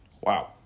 Wow